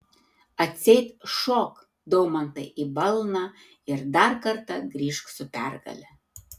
atseit šok daumantai į balną ir dar kartą grįžk su pergale